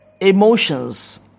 Emotions